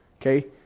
Okay